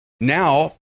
Now